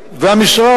והמשרד,